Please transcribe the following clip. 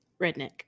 Redneck